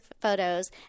photos